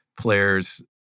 players